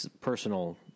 personal